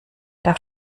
darf